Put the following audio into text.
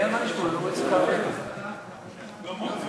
איתן, תקשיב לו.